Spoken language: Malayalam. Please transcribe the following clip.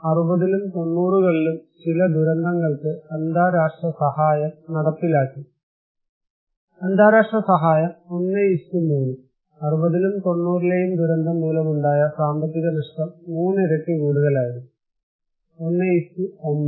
60 ലും 90 കളിലും ചില ദുരന്തങ്ങൾക്ക് അന്താരാഷ്ട്ര സഹായം നടപ്പിലാക്കി അന്താരാഷ്ട്ര സഹായം 1 3 60 ലും 90 ലെയും ദുരന്തം മൂലമുണ്ടായ സാമ്പത്തിക നഷ്ടം 3 ഇരട്ടി കൂടുതലായിരുന്നു 1 9